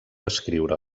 escriure